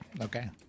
Okay